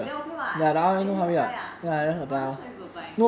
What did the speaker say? then okay what then no surprise ah no that's a very good buy